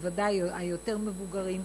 בוודאי היותר-מבוגרים,